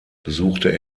besuchte